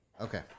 Okay